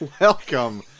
Welcome